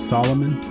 Solomon